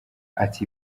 ati